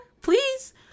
please